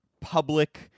public